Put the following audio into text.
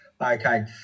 Okay